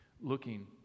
looking